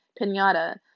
pinata